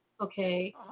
okay